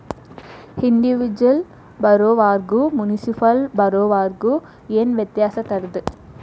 Individual ಬಾರೊವರ್ಗು municipal ಬಾರೊವರ್ಗ ಏನ್ ವ್ಯತ್ಯಾಸಿರ್ತದ?